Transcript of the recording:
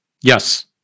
Yes